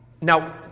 Now